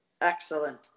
excellent